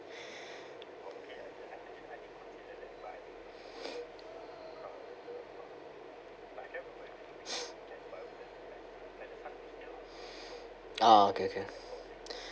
ah okay okay